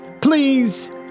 please